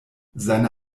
seine